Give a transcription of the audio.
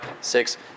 six